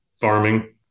farming